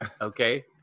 okay